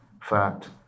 fact